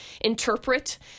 interpret